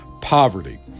poverty